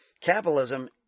capitalism